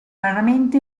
raramente